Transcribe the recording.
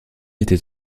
était